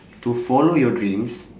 to follow your dreams